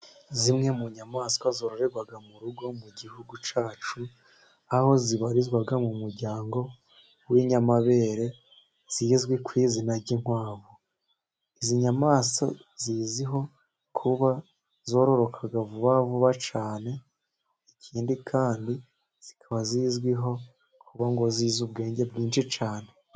Zimwe mu nyamaswa zororerwa mu rugo, mu gihugu cyacu, aho zibarizwa mu muryango w'inyamabere, zizwi ku izina ry'inkwavu. Izi nyamanswa zizwiho kuba zororoka vuba vuba cyane, ikindi kandi zikaba zizwiho kuba ngo zizi ubwenge bwinshi cyane.